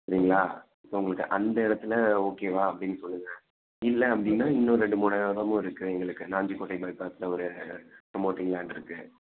சரிங்களா இப்போ உங்களுக்கு அந்த இடத்துல ஓகேவா அப்படின்னு சொல்லுங்க இல்லை அப்படின்னா இன்னும் ரெண்டு மூணு இடமும் இருக்குது எங்களுக்கு நாஞ்சிக்கோட்டை பைப்பாஸில் ஒரு ப்ரோமோட்டிங் லேண்ட் இருக்குது